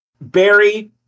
Barry